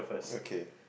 okay